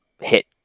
hit